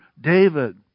David